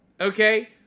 Okay